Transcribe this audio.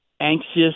anxious